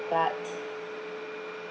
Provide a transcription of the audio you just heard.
but